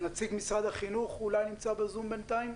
נציג משרד החינוך אולי נמצא בזום בינתיים?